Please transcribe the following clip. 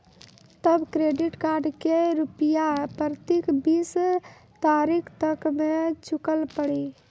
तब credit card के रूपिया प्रतीक बीस तारीख तक मे चुकल पड़ी?